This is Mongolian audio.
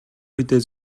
үедээ